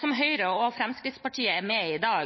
som Høyre og Fremskrittspartiet er med på,